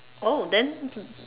oh then